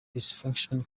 dysfunction